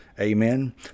Amen